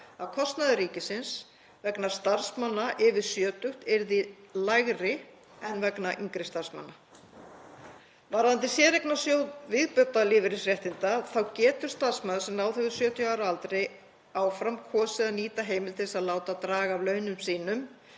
að kostnaður ríkisins vegna starfsmanna yfir sjötugt yrði lægri en vegna yngri starfsmanna. Varðandi séreignasjóð viðbótarlífeyrisréttinda þá getur starfsmaður sem náð hefur 70 ára aldri áfram kosið að nýta heimild til að láta draga af launum sínum